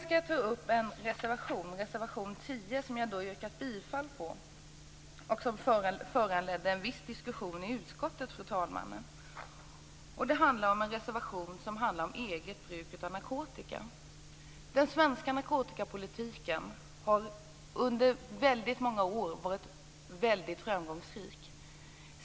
Sedan, fru talman, gäller det reservation 10, som jag redan har yrkat bifall till och som föranledde en viss diskussion i utskottet. Reservationen handlar om eget bruk av narkotika. Den svenska narkotikapolitiken har under många år varit mycket framgångsrik.